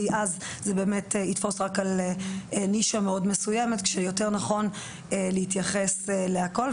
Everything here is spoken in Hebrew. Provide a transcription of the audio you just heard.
כי אז זה באמת יתפוס רק על נישה מאוד מסוימת כשיותר נכון להתייחס להכול,